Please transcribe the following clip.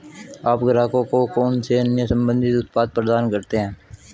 आप ग्राहकों को कौन से अन्य संबंधित उत्पाद प्रदान करते हैं?